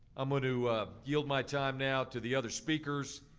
i'm going to yield my time now to the other speakers.